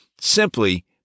simply